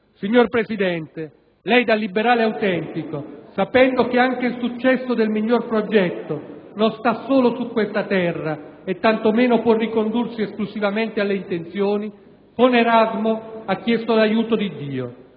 Signor Presidente, lei da liberale autentico, sapendo che anche il successo del miglior progetto non sta solo su questa terra e tanto meno può ricondursi esclusivamente alle intenzioni, con Erasmo ha chiesto l'aiuto di Dio